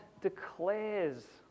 declares